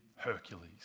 Hercules